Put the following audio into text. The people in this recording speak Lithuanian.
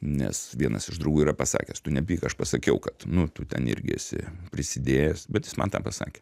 nes vienas iš draugų yra pasakęs tu nepyk aš pasakiau kad nu tu ten irgi esi prisidėjęs bet jis man tą pasakė